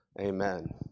Amen